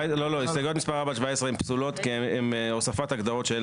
הסתייגויות מספר 4 עד 17 הן פסולות כי הן הוספת הגדרות שאין